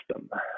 system